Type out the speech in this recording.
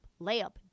layup